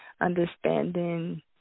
understanding